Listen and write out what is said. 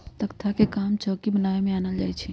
तकख्ता के काम चौकि बनाबे में आनल जाइ छइ